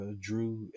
Drew